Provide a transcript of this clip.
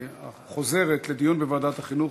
החינוך,